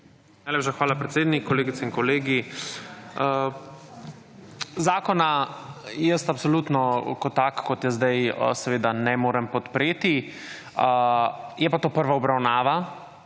Najlepša hvala, predsednik. Kolegice in kolegi! Zakona jaz absolutno tako kot je zdaj, seveda ne morem podpreti. Je pa to prva obravnava